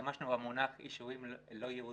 כשהשתמשנו במונח יישובים לא יהודיים,